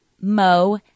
Mo